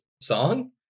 song